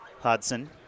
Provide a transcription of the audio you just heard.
Hudson